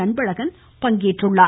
Anbazhagan பங்கேற்றுள்ளார்